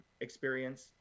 experience